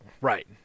Right